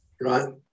Right